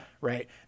right